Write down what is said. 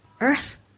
earth